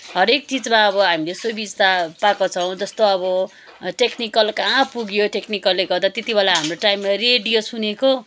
हरेक चिजमा अब हामीले सुबिस्ता पाएको छौँ जस्तो अब टेक्निकल कहाँ पुग्यो टेक्निकलले गर्दा त्यति बेला हाम्रो टाइममा रेडियो सुनेको